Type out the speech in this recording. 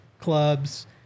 clubs